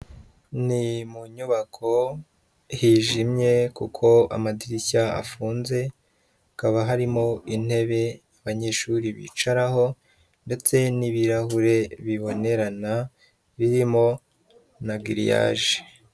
Ni mu nyubako hijimye kuko amadirishya afunze, hakaba harimo intebe abanyeshuri bicaraho ndetse n'ibirahure bibonerana birimo na giriyaje,